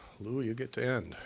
lew, you get to end.